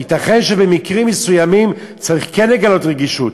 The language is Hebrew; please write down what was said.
ייתכן שבמקרים מסוימים צריך לגלות רגישות.